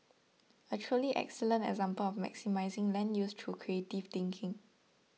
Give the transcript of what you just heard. a truly excellent example of maximising land use through creative thinking